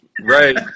Right